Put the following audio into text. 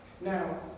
Now